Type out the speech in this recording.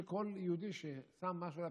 שכל יהודי ששם משהו בפה,